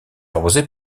arrosée